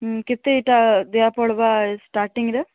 କେତେ ଇଟା ଦେବା ପଡ଼ବା ଷ୍ଟାର୍ଟିଂରେ